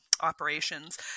operations